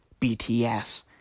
BTS